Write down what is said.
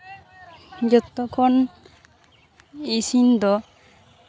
ᱡᱚᱛᱚᱠᱷᱚᱱ ᱤᱥᱤᱱ ᱫᱚ